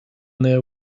there